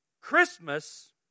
Christmas